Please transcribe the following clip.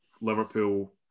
Liverpool